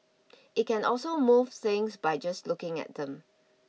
it can also move things by just looking at them